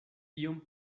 iom